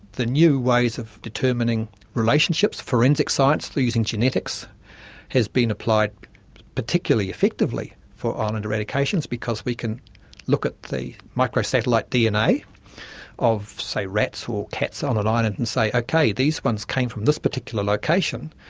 the new ways of determining relationships, forensic science through using genetics has been applied particularly effectively for island and eradication is because we can look at the microsatellite dna of, say, rats or cats on an island and say, okay, these ones came from this particular location,